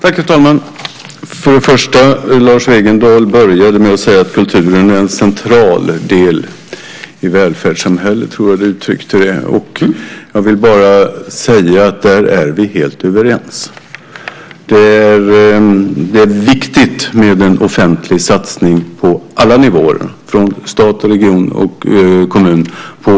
Herr talman! Först och främst började Lars Wegendal med att säga att kulturen är en central del i välfärdssamhället. Jag tror att du uttryckte det så. Jag vill bara säga att där är vi helt överens. Det är viktigt med en offentlig satsning på kulturen på alla nivåer, från stat och regioner till kommuner.